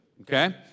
Okay